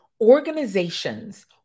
Organizations